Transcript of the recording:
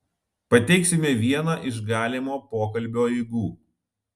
pateiksime vieną iš galimo pokalbio eigų